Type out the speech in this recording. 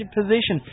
position